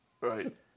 right